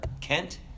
Kent